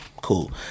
Cool